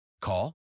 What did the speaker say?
call